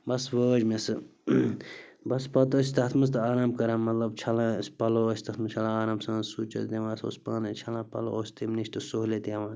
بَس وٲج مےٚ سُہ بَس پَتہٕ ٲسۍ تَتھ منٛز تہٕ آرام کران مطلب چھلان ٲسۍ پَلو ٲسۍ تَتھ منٛز چھلان آرام سان سُچ ٲس دِوان یَتھ اوس پانَے چھلان پَلو اوس تیٚمۍ نِش تہِ سہوٗلیَت یِوان